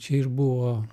čia ir buvo